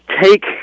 take